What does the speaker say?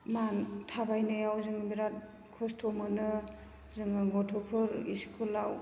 थाबायनायाव जों बेराद खस्त' मोनो जोङो गथ'फोर स्कुलाव